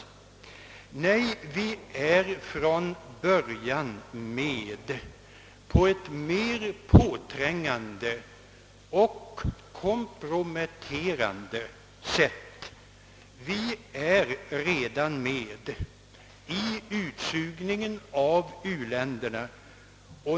Nej, vi är från början med på ett mer inträngande och komprometterande sätt. Vi är redan med i utsugningen av u-länderna.